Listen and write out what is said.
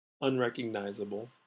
unrecognizable